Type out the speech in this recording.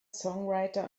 songwriter